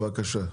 בבקשה.